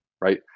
right